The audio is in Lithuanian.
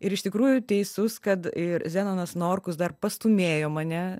ir iš tikrųjų teisus kad ir zenonas norkus dar pastūmėjo mane